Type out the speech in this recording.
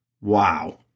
Wow